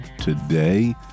today